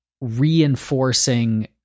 reinforcing